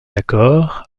accord